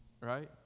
right